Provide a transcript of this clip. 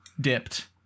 dipped